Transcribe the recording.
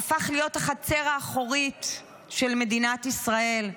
הפך להיות החצר האחורית של מדינת ישראל.